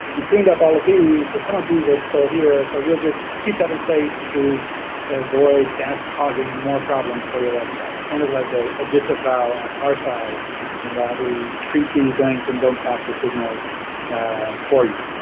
you've cleaned up all of these, but some of these are still here so we'll just keep that in place to avoid that causing more problems for your website. kind of like a ah disavow on our side in that we treat these links and don't pass the signals for you.